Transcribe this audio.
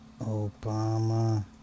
Obama